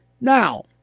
Now